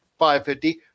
$550